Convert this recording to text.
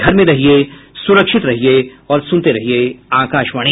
घर में रहिये सुरक्षित रहिये और सुनते रहिये आकाशवाणी